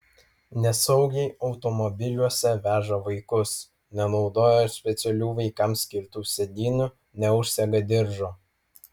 nesaugiai automobiliuose veža vaikus nenaudoja specialių vaikams skirtų sėdynių neužsega diržo